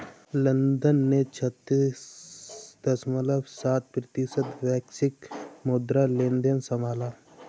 London ने छत्तीस दश्मलव सात प्रतिशत वैश्विक मुद्रा लेनदेन संभाला